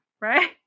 right